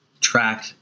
track